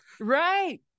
Right